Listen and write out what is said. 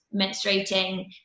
menstruating